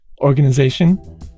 organization